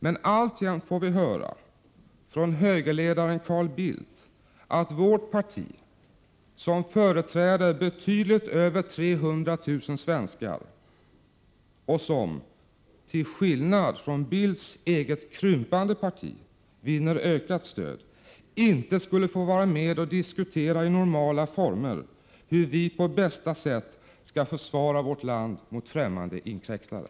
Men 9” alltjämt får vi höra från högerledaren Carl Bildt att vårt parti som företräder betydligt över 300 000 svenskar och som, till skillnad från hans eget krympande parti, vinner ökat stöd, inte skulle få vara med och diskutera i normala former hur vi på bästa sätt skall försvara vårt land mot främmande inkräktare.